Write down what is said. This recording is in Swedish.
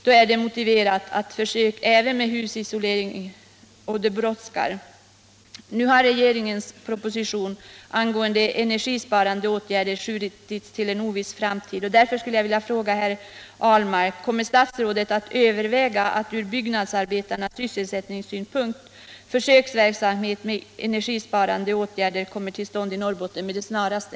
Det är därför motiverat att försöka även med husisolering, och det brådskar med en sådan åtgärd. Nu har regeringens proposition angående energisparande åtgärder skjutits upp på en oviss framtid, och därför vill jag fråga herr Ahlmark: Ämnar statsrådet Ahlmark med tanke på byggnadsarbetarnas sysselsättningssituation överväga att se till att en försöksverksamhet med energisparande åtgärder kommer till stånd i Norrbotten med det snaraste?